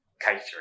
catering